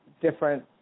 different